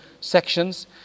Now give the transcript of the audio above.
sections